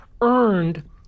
earned